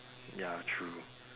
ya true